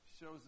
shows